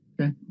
okay